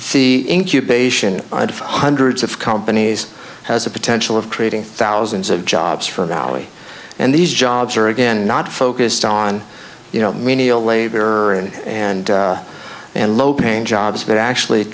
the incubation of hundreds of companies has the potential of creating thousands of jobs for a valley and these jobs are again not focused on you know menial labor and and and low paying jobs but actually